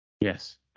Yes